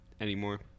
anymore